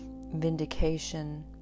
vindication